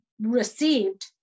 received